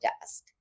desk